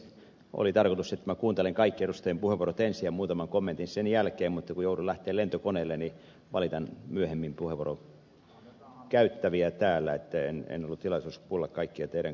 oli tarkoitus että minä kuuntelen kaikki edustajien puheenvuorot ensin ja sanon muutaman kommentin sen jälkeen mutta kun joudun lähtemään lentokoneelle niin valitan myöhemmin täällä puheenvuoroa käyttäville että minulla ei ole tilaisuutta kuunnella kaikkien teidän kommenttejanne